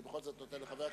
אני בכל זאת נותן לחבר הכנסת,